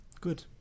good